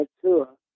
tour